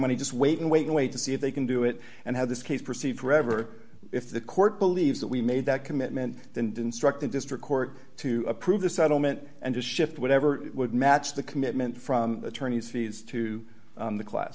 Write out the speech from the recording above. money just wait and wait and wait to see if they can do it and how this case proceed forever if the court believes that we made that commitment then destructed district court to approve the settlement and to shift whatever would match the commitment from attorneys fees to the class